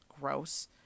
gross